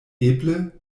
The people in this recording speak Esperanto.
eble